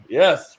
yes